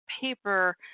paper